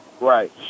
Right